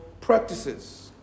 practices